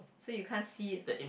so you can't see it